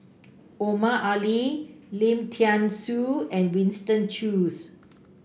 Omar Ali Lim Thean Soo and Winston Choos